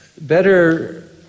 Better